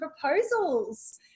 proposals